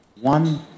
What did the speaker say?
one